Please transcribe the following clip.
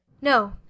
no